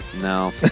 no